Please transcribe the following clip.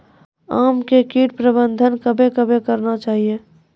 आम मे कीट प्रबंधन कबे कबे करना चाहिए?